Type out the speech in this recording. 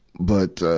but, ah,